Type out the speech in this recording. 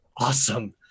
awesome